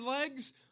legs